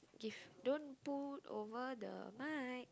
give don't pull over the mic